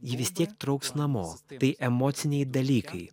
jį vis tiek trauks namo tai emociniai dalykai